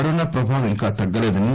corona ప్రభావం ఇంకా తగ్గలేదని